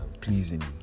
pleasing